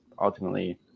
ultimately